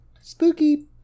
Spooky